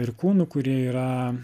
ir kūnų kurie yra